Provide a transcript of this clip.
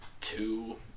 two